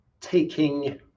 taking